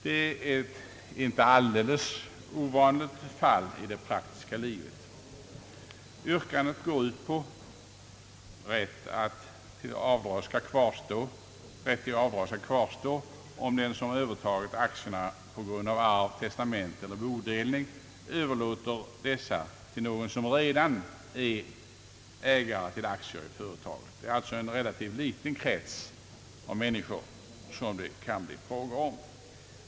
Det är ett inte alldeles ovanligt fall i det praktiska livet. Yrkandet går ut på att rätt till avdrag skall kvarstå om den som övertagit aktierna på grund av arv, testamente eller bodelning överlåter dessa till någon som redan är ägare till aktier i företaget. Det är alltså en relativt liten krets av människor som det kan bli fråga om.